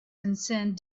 concerned